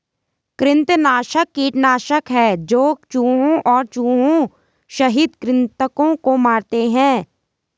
कृंतकनाशक कीटनाशक है जो चूहों और चूहों सहित कृन्तकों को मारते है